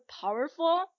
powerful